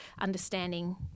understanding